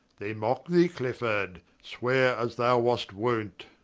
they mocke thee clifford, sweare as thou was't wont